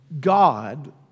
God